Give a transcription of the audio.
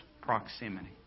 proximity